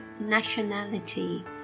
nationality